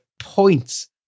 points